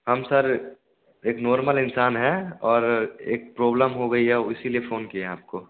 हम सर एक नॉर्मल इंसान है और एक प्रॉब्लम हो गई है उसी लिए फ़ोन किएँ हैं आपको